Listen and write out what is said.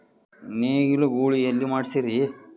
ನೇಗಿಲ ಗೂಳಿ ಎಲ್ಲಿ ಮಾಡಸೀರಿ?